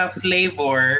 flavor